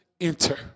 enter